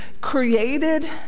created